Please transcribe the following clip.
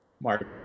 Mark